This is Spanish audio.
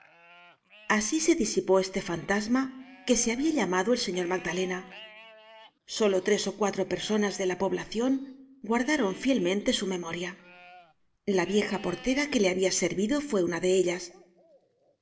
asi se disipó este fantasma que se habia llamado el señor magdalena solo tres ó cuatro personas de la poblacion guardaron fielmente su memoria la vieja portera que le habia servido fue una de ellas